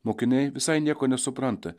mokiniai visai nieko nesupranta